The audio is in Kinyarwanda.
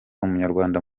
umunyarwanda